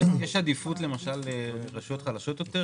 יש עדיפות לרשויות חלשות יותר,